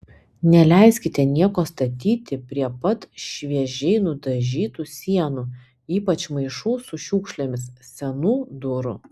neleiskite nieko statyti prie pat šviežiai nudažytų sienų ypač maišų su šiukšlėmis senų durų